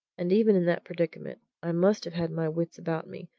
and even in that predicament i must have had my wits about me,